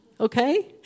Okay